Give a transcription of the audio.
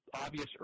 obvious